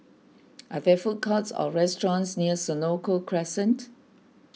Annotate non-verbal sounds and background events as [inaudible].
[noise] are there food courts or restaurants near Senoko Crescent